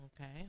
Okay